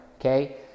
okay